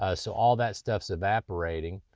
ah so all that stuff's evaporating.